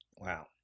Wow